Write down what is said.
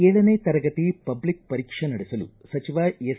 ಏಳನೇ ತರಗತಿ ಪಬ್ಲಿಕ್ ಪರೀಕ್ಷೆ ನಡೆಸಲು ಸಚಿವ ಎಸ್